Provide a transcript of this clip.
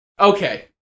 Okay